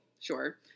sure